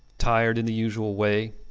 tired in the usual way,